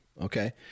Okay